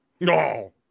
No